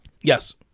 Yes